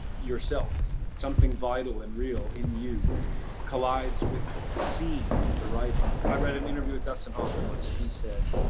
yourself. something vital and real in you collides with the scene and with the writing. i read an interview with dustin hoffman once, and he said,